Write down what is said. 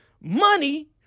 money